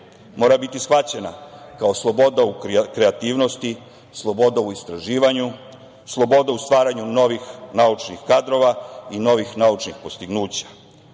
mora biti shvaćena kao sloboda u kreativnosti, sloboda u istraživanju, sloboda u stvaranju naučnih kadrova i novih naučnih postignuća.